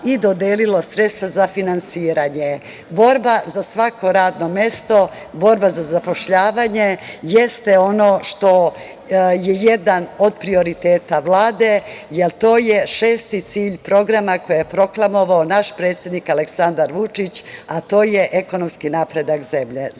i dodelilo sredstva za finansiranje. Borba za svako radno mesto, borba za zapošljavanje jeste ono što je jedan od prioriteta Vlade, jer to je šesti cilj programa koje je proklamovao naš predsednik Aleksandar Vučić, a to je ekonomski napredak